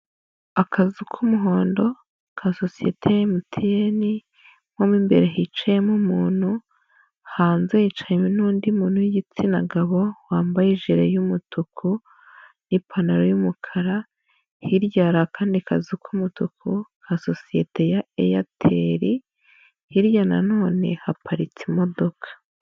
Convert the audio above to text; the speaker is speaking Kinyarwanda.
Akazu k'umuhondo ka sosiyete ya MTN aho mo imbere hicayemo umuntu, hanze hicaye n'undi muntu w'igitsina gabo wambaye ijiri y'umutuku n'ipantaro y'umukara, hirya hari akandi kazu k'umutuku ka sosiyete ya Airtel, hirya nanone haparitse imodoka.